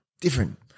Different